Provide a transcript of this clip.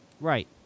right